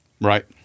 Right